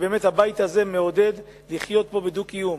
שהבית הזה מעודד לחיות פה בדו-קיום.